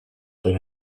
than